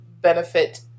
benefit